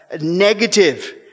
negative